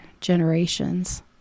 generations